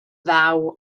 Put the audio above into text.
ddaw